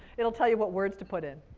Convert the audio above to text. it'll tell you what words to put in,